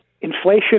Inflation